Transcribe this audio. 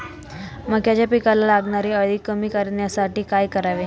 मक्याच्या पिकाला लागणारी अळी कमी करण्यासाठी काय करावे?